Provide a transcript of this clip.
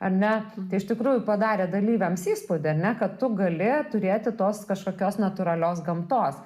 ar net tai iš tikrųjų padarė dalyviams įspūdį ar ne kad tu gali turėti tos kažkokios natūralios gamtos